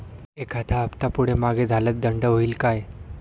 एखादा हफ्ता पुढे मागे झाल्यास दंड होईल काय?